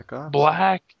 Black